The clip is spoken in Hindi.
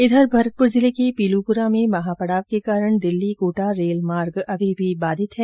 इधर भरतपुर जिले के पीलूपुरा में महापड़ाव के कारण दिल्ली कोटा रेल मार्ग अभी भी बाधित है